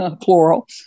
plural